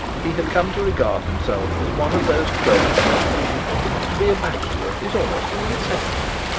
he had come to regard himself as one of those clergymen to whom to be a bachelor is almost a necessity.